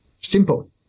Simple